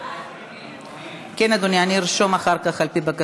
הצעת סיעת מרצ להביע